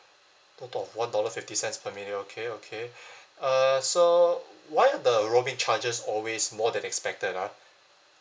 total of one dollar fifty cents per minute okay okay uh so why are the roaming charges always more than expected ah